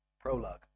Prologue